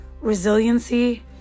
resiliency